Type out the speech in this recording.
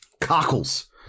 Cockles